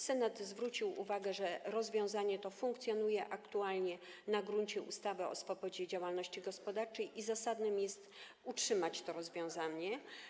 Senat zwrócił uwagę, że rozwiązanie to funkcjonuje aktualnie na gruncie ustawy o swobodzie działalności gospodarczej i zasadne jest utrzymanie tego rozwiązania.